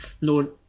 no